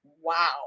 Wow